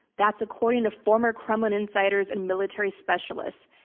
that's according to former kremlin insiders and military specialists,